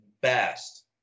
best